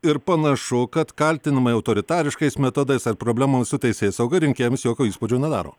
ir panašu kad kaltinimai autoritariškais metodais ar problemom su teisėsauga rinkėjams jokio įspūdžio nedaro